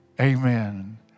Amen